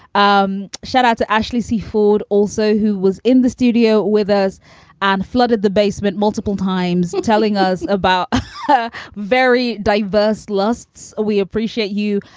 um shout out to ashley seafood, also who was in the studio with us and flooded the basement multiple times, telling us about her very diverse lusts. we appreciate you.